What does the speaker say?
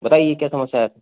बताइए क्या समस्या है